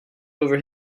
over